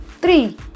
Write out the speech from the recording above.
three